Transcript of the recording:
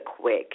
quick